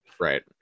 Right